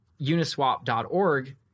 uniswap.org